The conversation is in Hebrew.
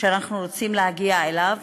שאנחנו רוצים להגיע אליו?